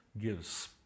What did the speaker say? gives